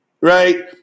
right